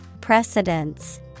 Precedence